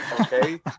okay